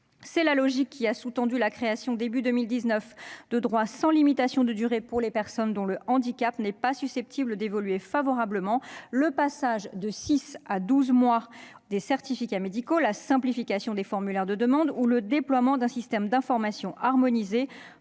C'est la logique qui a sous-tendu la création, au début de l'année 2019, de droits sans limitation de durée pour les personnes dont le handicap n'est pas susceptible d'évoluer favorablement, le passage de six à douze mois de la validité des certificats médicaux, la simplification des formulaires de demande ou le déploiement d'un système d'information harmonisé